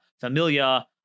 Familia